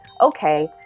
Okay